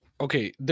Okay